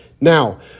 Now